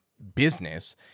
business